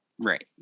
right